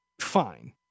fine